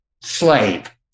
slave